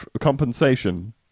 compensation